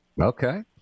Okay